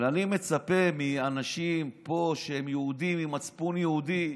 אבל אני מצפה מאנשים פה שהם יהודים עם מצפון יהודי,